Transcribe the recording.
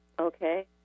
Okay